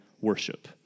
worship